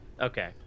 Okay